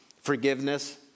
Forgiveness